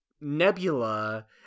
Nebula